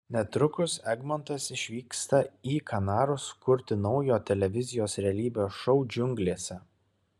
netrukus egmontas išvyksta į kanarus kurti naujo televizijos realybės šou džiunglėse